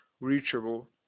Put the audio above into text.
reachable